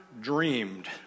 dreamed